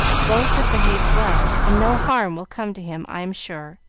both have behaved well, and no harm will come to him, i am sure.